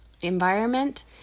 environment